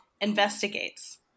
investigates